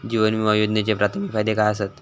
जीवन विमा योजनेचे प्राथमिक फायदे काय आसत?